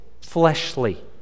fleshly